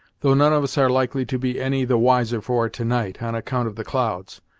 though none of us are likely to be any the wiser for it to-night, on account of the clouds.